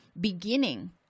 beginning